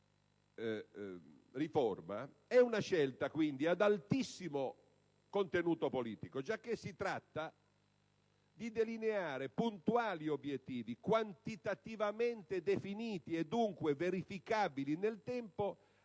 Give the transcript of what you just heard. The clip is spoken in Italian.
di riforma è una scelta ad altissimo contenuto politico, giacché si tratta di delineare puntuali obiettivi, quantitativamente definiti e dunque verificabili nel tempo, cui